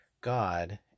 God